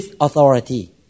authority